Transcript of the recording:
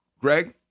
Greg